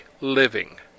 living